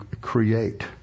create